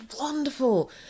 wonderful